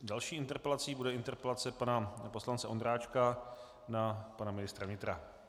Další interpelací bude interpelace pana poslance Ondráčka na pana ministra vnitra.